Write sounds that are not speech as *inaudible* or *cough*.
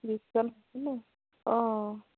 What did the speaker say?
*unintelligible* ন অঁ অঁ